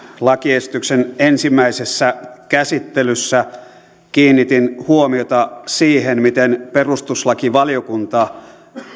lakiesityksen ensimmäisessä käsittelyssä kiinnitin huomiota siihen miten perustuslakivaliokunta